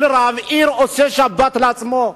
כל רב עיר עושה שבת לעצמו.